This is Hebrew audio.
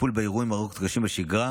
בטיפול באירועים ומראות קשים בשגרה,